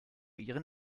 ihren